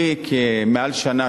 אני מעל שנה,